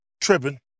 tripping